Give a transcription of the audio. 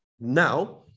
Now